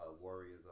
Warriors